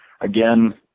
again